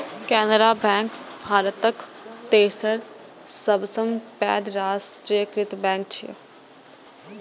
Canara bank भारतक तेसर सबसं पैघ राष्ट्रीयकृत बैंक छियै